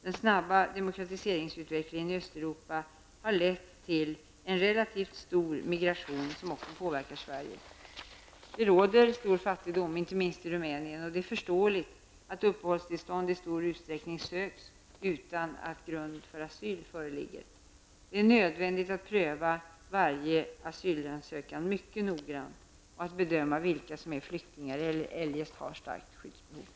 Den snabba demokratiseringsutvecklingen i Östeuropa har lett till en relativt stor migration som också påverkar Sverige. Det råder stor fattigdom, inte minst i Rumänien, och det är förståeligt att uppehållstillstånd i stor utsträckning söks utan att grund för asyl föreligger. Det är nödvändigt att pröva varje asylansökan mycket noggrant för att bedöma vilka som är flyktingar eller eljest har ett starkt skyddsbehov.